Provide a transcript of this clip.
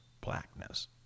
blackness